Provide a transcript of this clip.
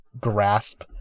grasp